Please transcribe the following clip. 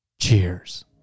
Cheers